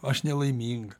aš nelaiminga